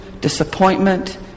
disappointment